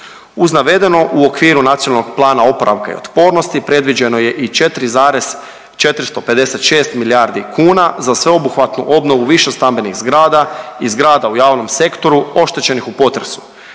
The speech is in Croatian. Uz navedeno u okviru Nacionalnog plana oporavka i otpornosti predviđeno je i 4,456 milijardi kuna za sveobuhvatnu obnovu višestambenih zgrada i zgrada u javnom sektoru oštećenih u potresu